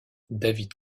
david